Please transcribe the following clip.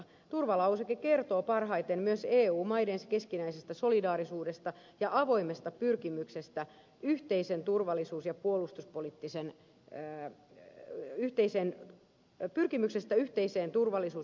turvalauseke kertoo parhaiten myös eu maiden keskinäisestä solidaarisuudesta ja avoimesta pyrkimyksestä yhteiseen turvallisuus ja puolustuspoliittiseen yhteistyöhön